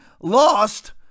lost